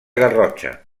garrotxa